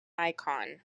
icon